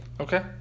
okay